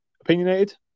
Opinionated